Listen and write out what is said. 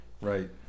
Right